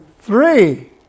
Three